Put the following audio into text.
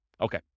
Okay